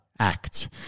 Act